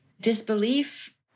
disbelief